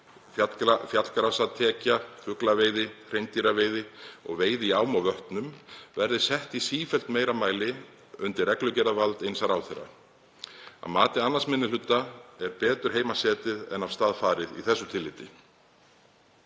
fjallagrasatekja, fuglaveiði, hreindýraveiði og veiði í ám og vötnum, verði í sífellt meira mæli sett undir reglugerðarvald eins ráðherra. Að mati 2. minni hluta er betur heima setið en af stað farið í þessu tilliti.